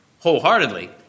wholeheartedly